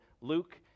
Luke